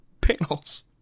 panels